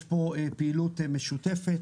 יש פה פעילות משותפת,